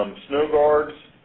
um snow guards.